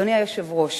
אדוני היושב-ראש,